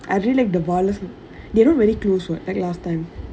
I really like the ba~ they not really close [what] at last time